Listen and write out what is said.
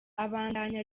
abandanya